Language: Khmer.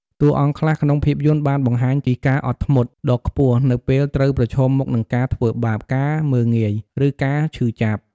តួអង្គខ្លះក្នុងភាពយន្តបានបង្ហាញពី ការអត់ធ្មត់ ដ៏ខ្ពស់នៅពេលត្រូវប្រឈមមុខនឹងការធ្វើបាប ការមើលងាយ ឬការឈឺចាប់។